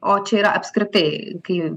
o čia yra apskritai kai